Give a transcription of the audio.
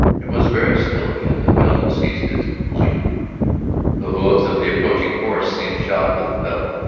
it was very still again the bell had ceased its complaint the hoofs of the approaching horse seemed shod with felt,